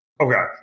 Okay